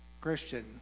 Christian